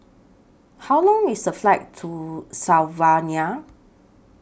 How Long IS The Flight to Slovenia